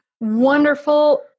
wonderful